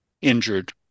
injured